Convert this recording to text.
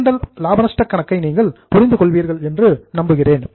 B and L லாப நஷ்ட கணக்கை நீங்கள் புரிந்து கொள்வீர்கள் என்று நம்புகிறேன்